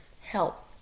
help